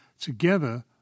Together